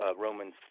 Romans